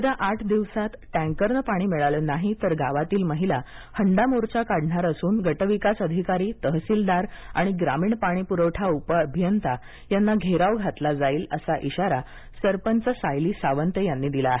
येत्या आठ दिवसांत टँकरनं पाणी मिळालं नाही तर गावातील महिला हंडा मोर्चा काढणार असून गटविकास अधिकारी तहसीलदार आणि ग्रामीण पाणीप्रवठा उपअभियंता यांना घेराव घातला जाईल असा इशारा सरपंच सायली सावंत यांनी दिला आहे